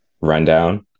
rundown